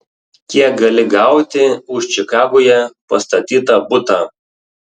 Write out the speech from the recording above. kiek gali gauti už čikagoje pastatytą butą